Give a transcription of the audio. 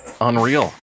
Unreal